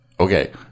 okay